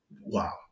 Wow